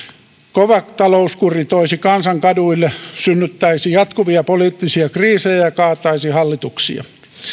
kova talouskuri toisi kansan kaduille synnyttäisi jatkuvia poliittisia kriisejä ja kaataisi hallituksia